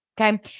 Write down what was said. okay